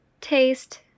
Taste